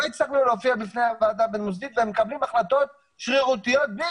הצלחנו להופיע בפניה והם מקבלים החלטות שרירותיות בלי